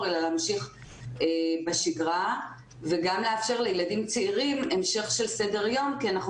להמשיך בשגרה וגם כדי לאפשר לילדים צעירים המשך של סדר יום כי אנחנו